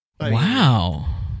wow